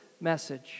message